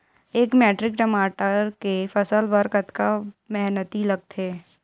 एक मैट्रिक टमाटर के फसल बर कतका मेहनती लगथे?